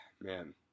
man